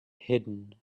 hidden